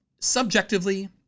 subjectively